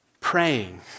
Praying